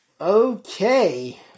Okay